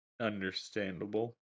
Understandable